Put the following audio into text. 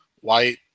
white